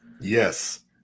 Yes